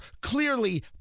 clearly